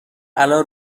الان